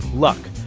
luck.